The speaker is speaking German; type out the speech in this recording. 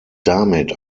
damit